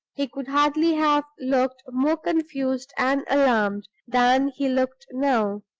he could hardly have looked more confused and alarmed than he looked now.